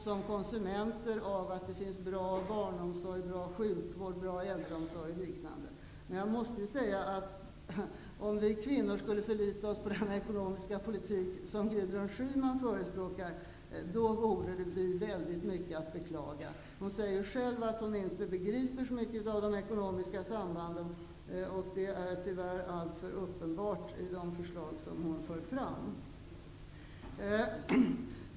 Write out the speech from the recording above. Som konsumenter är vi också beroende av bra barnomsorg, bra sjukvård, bra äldreomsorg, m.m. Jag måste emellertid säga att vi kvinnor, om vi skulle förlita oss till den ekonomiska politik som Gudrun Schyman förespråkar, skulle få mycket att beklaga. Hon säger själv att hon inte begriper så mycket av de ekonomiska sambanden, vilket tyvärr är alltför uppenbart med de förslag som hon för fram.